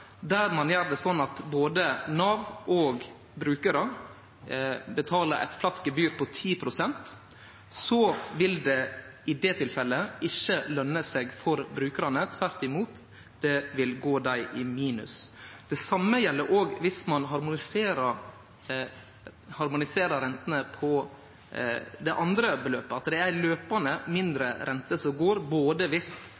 der ein gjer det slik at både Nav og brukarane betaler eit flatt gebyr på 10 pst, vil det i det tilfellet ikkje løne seg for brukarane – tvert imot: Det vil gjere at dei går i minus. Det same gjeld òg viss ein harmoniserer rentene på det andre beløpet, at det er ei løpande,